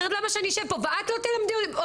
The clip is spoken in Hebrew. אחרת למה שאני אשב פה ואת לא תלמדי אותי,